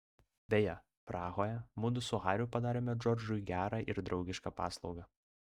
beje prahoje mudu su hariu padarėme džordžui gerą ir draugišką paslaugą